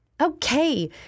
Okay